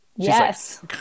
Yes